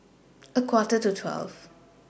A Quarter to twelve